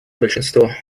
большинство